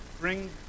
bring